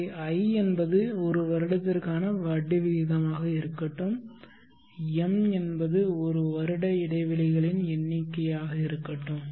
இங்கே i என்பது 1 வருடத்திற்கான வட்டி விகிதமாக இருக்கட்டும் m என்பது 1 வருட இடைவெளிகளின் எண்ணிக்கையாக இருக்கட்டும்